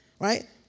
right